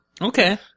Okay